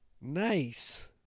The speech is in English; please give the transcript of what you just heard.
Nice